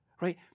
Right